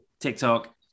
TikTok